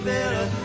better